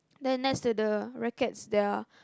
then next to the rackets there are